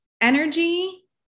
energy